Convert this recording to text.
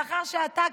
לאחר שאתה,